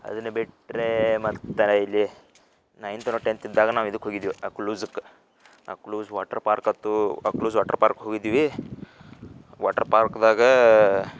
ಅದನ್ನ ಬಿಟ್ಟರೆ ಮತ್ತೆ ಅಲೆ ಇಲ್ಲಿ ನೈನ್ತ್ ನೋ ಟೆಂತ್ ಇದ್ದಾಗ ನಾವು ಇದಕ್ಕೆ ಹೋಗಿದ್ವಿ ಆ ಕ್ಲೂಸ್ಕ್ ಆ ಕ್ಲೂಸ್ ವಾಟ್ರ್ ಪಾರ್ಕ್ ಅತ್ತೂ ಆ ಕ್ಲೂಸ್ ವಾಟ್ರ್ ಪಾರ್ಕ್ ಹೋಗಿದ್ದಿವೀ ವಾಟ್ರ್ ಪಾರ್ಕ್ದಾಗಾ